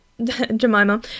Jemima